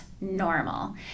normal